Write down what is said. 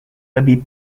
lebih